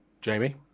Jamie